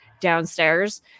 downstairs